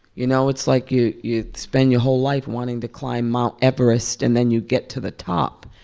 you know, it's like you you spend your whole life wanting to climb mount everest. and then you get to the top.